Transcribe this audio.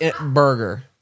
burger